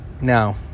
Now